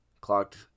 Clocked